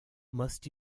must